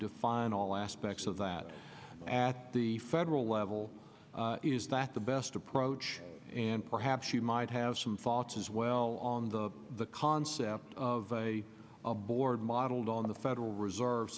define all aspects of that at the federal level is that the best approach and perhaps you might have some thoughts as well on the the concept of a board modeled on the federal reserve